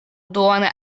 duone